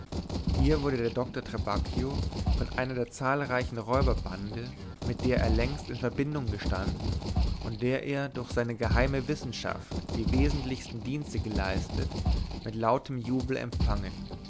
hier wurde der doktor trabacchio von einer zahlreichen räuberbande mit der er längst in verbindung gestanden und der er durch seine geheime wissenschaft die wesentlichsten dienste geleistet mit lautem jubel empfangen